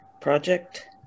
project